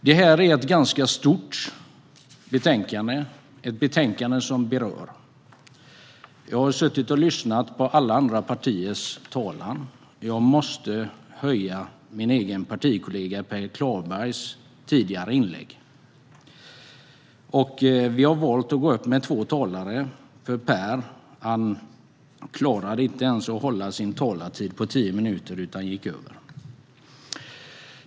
Detta är ett ganska stort betänkande och ett betänkande som berör. Jag har suttit och lyssnat på alla andra partiers talare, och jag måste framhålla min egen partikollega Per Klarbergs tidigare inlägg. Vi har valt att gå upp med två talare, för Per klarade inte att hålla sin talartid på tio minuter utan överskred den.